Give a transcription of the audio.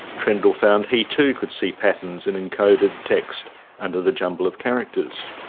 trendall found he too could see patterns in encoded text under the jumble of characters.